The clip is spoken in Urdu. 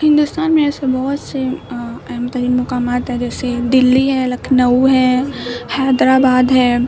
ہندوستان میں ایسے بہت سے اہم ترین مقامات ہے جیسے دلی ہے لکھنؤ ہے حیدر آباد ہے